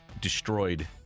destroyed